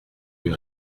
lui